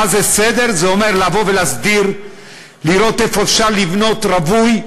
זה אומר לראות איפה אפשר לבנות רווי,